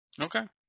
Okay